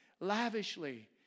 lavishly